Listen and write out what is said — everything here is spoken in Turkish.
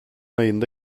ayında